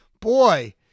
boy